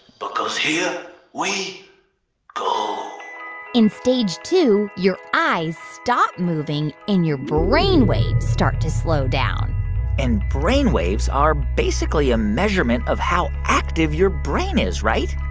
because here we go in stage two, your eyes stop moving, and your brain waves start to slow down and brain waves are basically a measurement of how active your brain is, right?